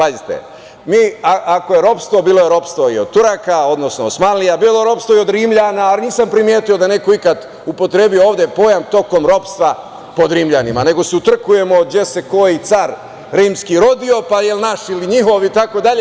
Ako je ropstvo, bilo je ropstvo i od Turaka, odnosno osmanlija, bilo je ropstvo i od Rimljana, ali nisam primetio da je neko ikada upotrebio ovde pojam tokom ropstva pod Rimljanima, nego su utrkujemo gde se koji car rimski rodio, pa jel naš ili njihov, itd.